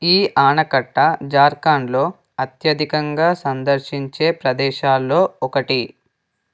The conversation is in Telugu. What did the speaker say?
ఈ ఆనకట్ట జార్ఖండ్లో అత్యధికంగా సందర్శించే ప్రదేశాల్లో ఒకటి